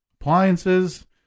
appliances